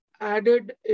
added